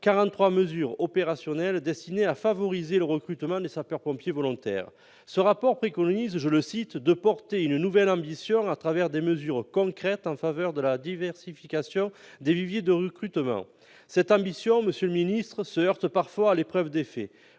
mesures opérationnelles destinées à favoriser le recrutement des sapeurs-pompiers volontaires. Ce rapport préconise « de porter une nouvelle ambition », au travers de mesures concrètes en faveur de la diversification des viviers de recrutement. Cette ambition, monsieur le ministre, se heurte parfois à l'épreuve des faits.